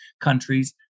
countries